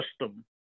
system